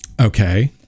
Okay